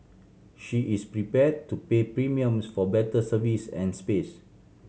she is prepared to pay premiums for better service and space